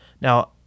Now